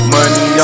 Money